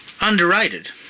underrated